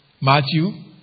Matthew